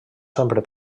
sempre